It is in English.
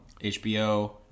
HBO